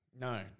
No